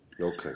Okay